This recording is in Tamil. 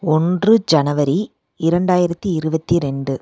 ஒன்று ஜனவரி இரண்டாயிரத்தி இருபத்தி ரெண்டு